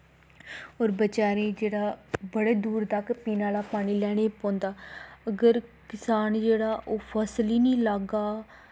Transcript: होर बचारें गी जेह्ड़ा बड़े दूर तक पीने आहला पानी लेआना पौंदा अगर किसान जेह्ड़ा ओह् फसल ई निं लाह्गा